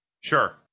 Sure